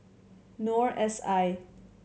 Noor S I